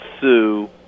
Sue